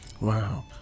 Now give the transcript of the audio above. Wow